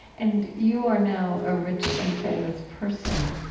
and you are now a rich and famous person,